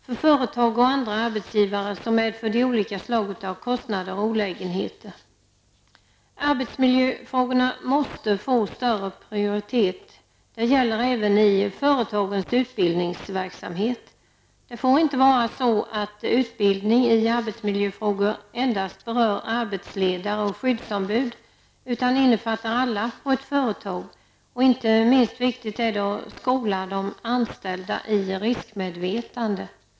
För företag och andra arbetsgivare medför de olika slag av kostnader och olägenheter. Arbetsmiljöfrågorna måste få högre prioritet -- det gäller även i företagens utbildningsverksamhet. Det får inte vara så att utbildningen i arbetsmiljöfrågor endast berör arbetsledare och skyddsombud, utan den måste innefatta alla på ett företag. Inte minst viktigt är att skola de anställda i riskmedvetande.